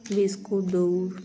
biscuit দৌড়